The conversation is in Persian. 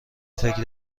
فکر